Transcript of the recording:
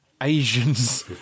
Asians